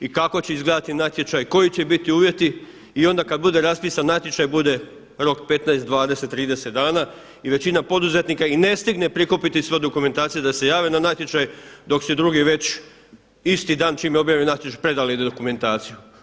I kako će izgledati natječaj, koji će biti uvjeti i onda kada bude raspisan natječaj bude rok 15, 20, 30 dana i većina poduzetnika i ne stigne prikupiti svu dokumentaciju da se jave na natječaj dok se drugi već isti dan čim je objavljen natječaj predali dokumentaciju.